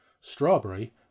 Strawberry